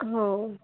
हो